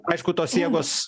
aišku tos jėgos